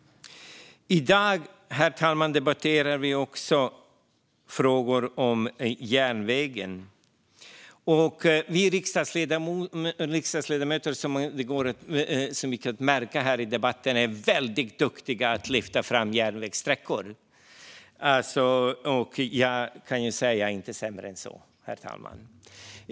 I dag, herr talman, debatterar vi också frågor om järnvägen. Som vi märker är vi riksdagsledamöter väldigt duktiga på att lyfta fram järnvägssträckor. Jag är inte sämre, herr talman.